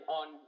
on